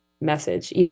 message